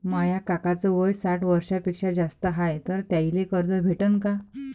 माया काकाच वय साठ वर्षांपेक्षा जास्त हाय तर त्याइले कर्ज भेटन का?